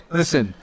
listen